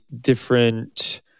different